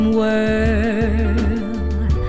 world